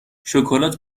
شکلات